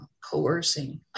coercing